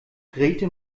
grete